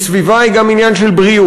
כי סביבה היא גם עניין של בריאות,